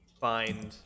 find